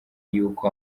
yuko